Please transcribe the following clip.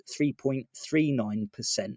3.39%